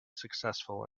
successful